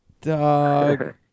dog